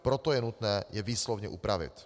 Proto je nutné je výslovně upravit.